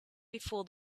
before